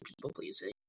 people-pleasing